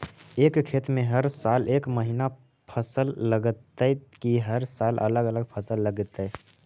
एक खेत में हर साल एक महिना फसल लगगियै कि हर साल अलग अलग फसल लगियै?